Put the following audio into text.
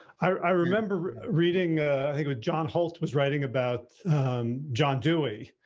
i remember reading when john holt was writing about john dewey,